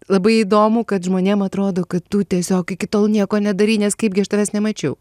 labai įdomu kad žmonėm atrodo kad tu tiesiog iki tol nieko nedarei nes kaipgi aš tavęs nemačiau